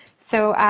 so,